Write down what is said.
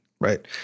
right